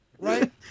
Right